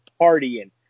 partying